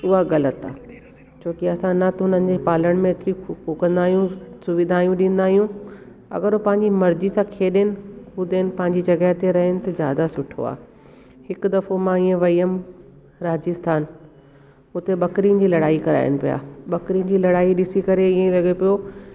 उहा ग़लति थे छोकी असां न त उन्हनि जी पालण में हेतिरो फुकंदा आहियूं सुविधायूं ॾींदा आहियूं अगरि उहे पंहिंजी मर्ज़ी सां खेॾनि हुते हुन पंहिंजी जॻह ते रहनि त ज़्यादा सुठो आहे हिकु दफ़ो मां हीअं वई हुअमि राजस्थान उते बकरिन जी लड़ाई कराइनि पिया बकरिन जी लड़ाई ॾिसी करे ईअं लॻे पियो